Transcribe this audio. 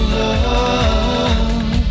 love